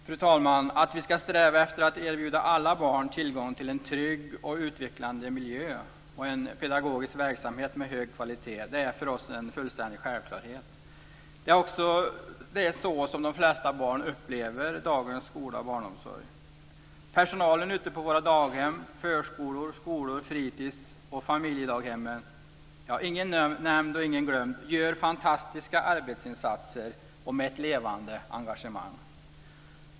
Fru talman! Att vi ska sträva efter att erbjuda alla barn tillgång till en trygg och utvecklande miljö och en pedagogisk verksamhet med hög kvalitet är för oss en fullständig självklarhet. Det är också så som de flesta barn upplever dagens skola och barnomsorg. Personalen ute på våra daghem, förskolor, skolor, fritis och familjedaghem - ingen nämnd, ingen glömd - gör fantastiska arbetsinsatser med ett levande engagemang.